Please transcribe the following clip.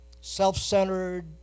self-centered